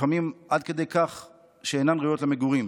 לפעמים עד כדי כך שאינן ראויות למגורים.